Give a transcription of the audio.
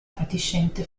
fatiscente